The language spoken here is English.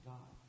God